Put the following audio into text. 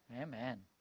Amen